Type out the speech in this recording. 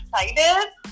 excited